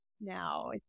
Now